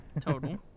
Total